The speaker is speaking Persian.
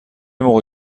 موقع